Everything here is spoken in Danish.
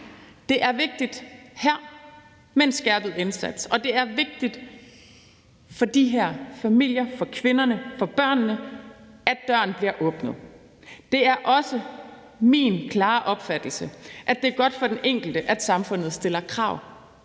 Det er vigtigt her med en skærpet indsats, og det er vigtigt for de her familier, for kvinderne og for børnene, at døren bliver åbnet. Det er også min klare opfattelse, at det er godt for den enkelte, at samfundet stiller krav.